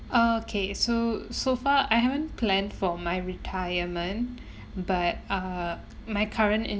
okay so so far I haven't plan for my retirement but uh my current